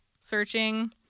searching